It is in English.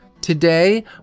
Today